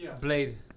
Blade